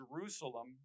Jerusalem